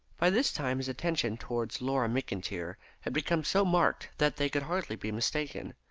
by this time his attentions towards laura mcintyre had become so marked that they could hardly be mistaken.